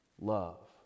love